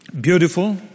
Beautiful